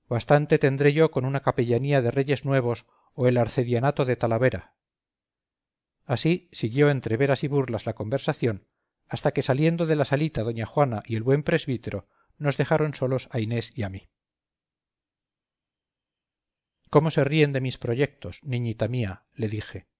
bastante tendré yo con una capellanía de reyes nuevos o el arcedianato de talavera así siguió entre veras y burlas la conversación hasta que saliendo de la salita doña juana y el buen presbítero nos dejaron solos a inés y a mí cómo se ríen de mis proyectos niñita mía le dije